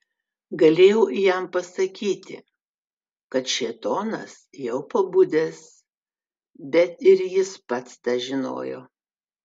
galėjau jam pasakyti kad šėtonas jau pabudęs bet ir jis pats tą žinojo